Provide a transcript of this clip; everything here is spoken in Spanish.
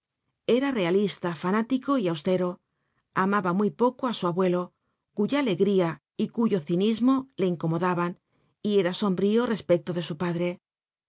era realista fanático y austero amaba muy poco á su abuelo cuya alegría y cuyo cinismo le incomodaban y era sombrío respecto de su padre